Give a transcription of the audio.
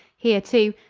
here too,